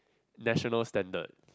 national standard